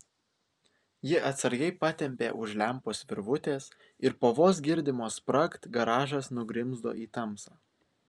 ji atsargiai patempė už lempos virvutės ir po vos girdimo spragt garažas nugrimzdo į tamsą